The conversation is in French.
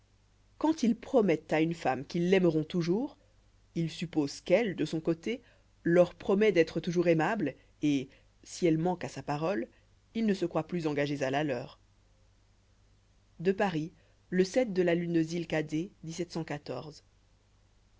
quand ils promettent à une femme qu'ils l'aimeront toujours ils supposent qu'elle de son côté leur promet d'être toujours aimable et si elle manque à sa parole ils ne se croient plus engagés à la leur à paris le de la lune de